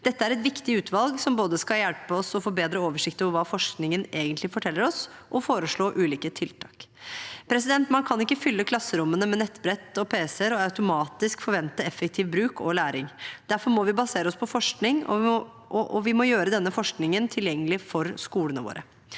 Dette er et viktig ut valg som både skal hjelpe oss å få bedre oversikt over hva forskningen egentlig forteller oss, og foreslå ulike tiltak. Man kan ikke fylle klasserommene med nettbrett og pc-er og automatisk forvente effektiv bruk og læring. Derfor må vi basere oss på forskning, og vi må gjøre denne forskningen tilgjengelig for skolene våre.